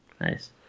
Nice